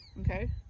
Okay